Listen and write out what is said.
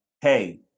hey